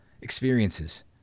experiences